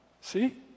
See